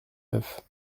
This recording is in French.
neuf